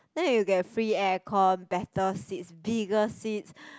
then you get free air con better seats bigger seats